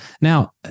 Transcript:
Now